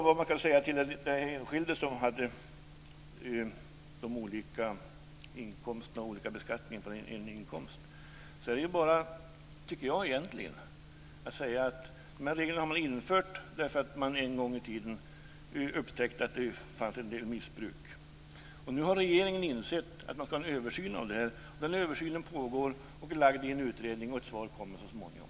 Vad man kan säga till den son eller dotter till en fåmansbolagsdelägare som får betala högre skatt än sin kompis är att dessa regler har införts därför att man en gång i tiden upptäckte att det fanns ett missbruk. Nu har regeringen insett att en översyn av detta ska göras. Den översynen pågår inom en utredning, och ett svar kommer så småningom.